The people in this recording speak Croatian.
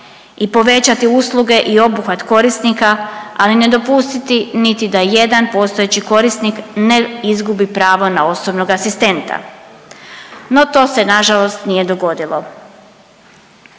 i povećati usluge i obuhvat korisnika, ali ne dopustiti niti da jedan postojeći korisnik ne izgubi pravo na osobnog asistenta. No, to se nažalost nije dogodilo.